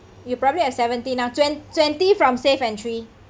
you probably have seventy now twen~ twenty from safe entry